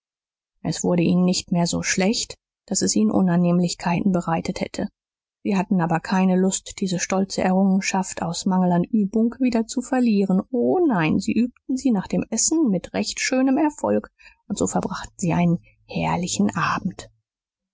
es wurde ihnen nicht mehr so schlecht daß es ihnen unannehmlichkeiten bereitet hätte sie hatten aber keine lust diese stolze errungenschaft aus mangel an übung wieder zu verlieren o nein sie übten sie nach dem essen mit recht schönem erfolg und so verbrachten sie einen herrlichen abend